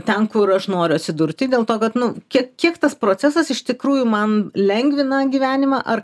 ten kur aš noriu atsidurti dėl to kad nu kiek kiek tas procesas iš tikrųjų man lengvina gyvenimą ar